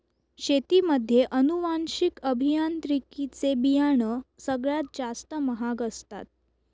शेतीमध्ये अनुवांशिक अभियांत्रिकी चे बियाणं सगळ्यात जास्त महाग असतात